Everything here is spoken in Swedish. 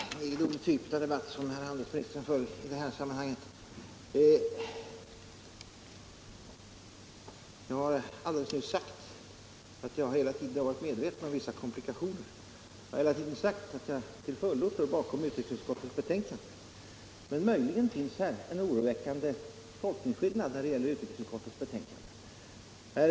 Herr talman! Det är en egendomlig typ av debatt som herr Burenstam Linder för i detta sammanhang. Jag har alldeles nyss sagt att jag hela tiden varit medveten om vissa komplikationer. Jag har hela tiden sagt att jag till fullo står bakom utrikesutskottets betänkande. Men möjligen finns här en oroväckande tolkningsskillnad när det gäller utrikesutskottets betänkande.